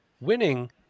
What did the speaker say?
winning